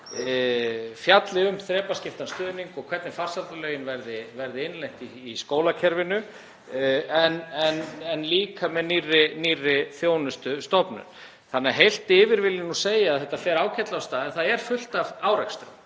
fjalli um þrepaskiptan stuðning og hvernig farsældarlögin verði innleidd í skólakerfinu, líka með nýrri þjónustustofnun. Heilt yfir vil ég segja að þetta fer ágætlega af stað en það er fullt af árekstrum.